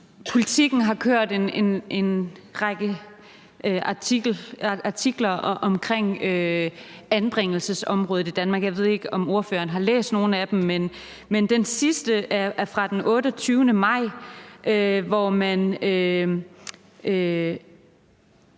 Politiken har kørt en række artikler omkring anbringelsesområdet i Danmark. Jeg ved ikke, om ordføreren har læst nogle af dem, men den sidste er fra den 28. maj, hvor man